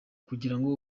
kugirango